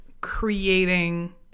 creating